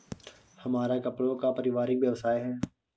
हमारा कपड़ों का पारिवारिक व्यवसाय है